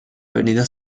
avenida